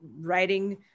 writing